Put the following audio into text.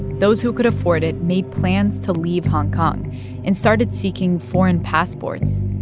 those who could afford it made plans to leave hong kong and started seeking foreign passports.